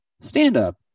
stand-up